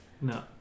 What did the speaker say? No